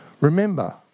Remember